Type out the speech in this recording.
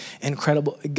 incredible